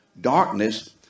darkness